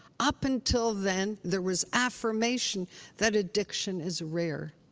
up until then, there was affirmation that addiction is rare.